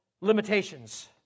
limitations